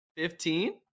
Fifteen